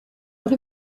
what